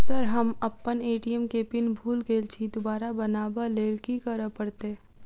Sir हम अप्पन ATM केँ पिन भूल गेल छी दोबारा बनाब लैल की करऽ परतै?